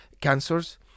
cancers